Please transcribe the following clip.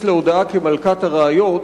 להתייחס להודאה כמלכת הראיות,